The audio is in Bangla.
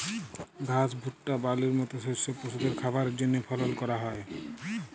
ঘাস, ভুট্টা, বার্লির মত শস্য পশুদের খাবারের জন্হে ফলল ক্যরা হ্যয়